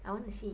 I want to see